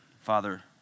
Father